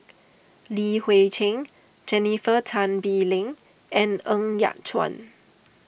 Li Hui Cheng Jennifer Tan Bee Leng and Ng Yat Chuan